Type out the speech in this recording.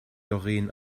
doreen